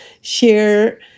share